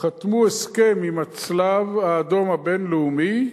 חתמו הסכם עם הצלב-האדום הבין-לאומי,